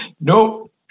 Nope